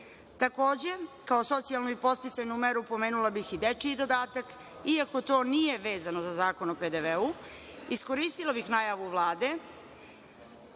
bebe. Takođe kao socijalnu i podsticajnu meru pomenula bih i dečiji dodatak iako to nije vezano za Zakon o PDV. Iskoristila bih najavu Vlade